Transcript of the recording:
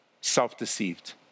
self-deceived